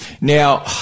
Now